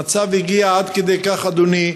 המצב הגיע עד כדי כך, אדוני,